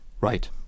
right